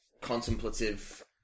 contemplative